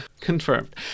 confirmed